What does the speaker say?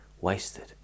wasted